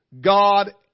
God